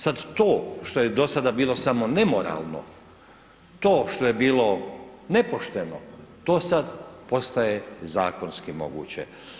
Sada to što je do sada bilo samo nemoralno, to što je bilo nepošteno, to sada postaje zakonski moguće.